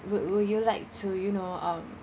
would will you like to you know um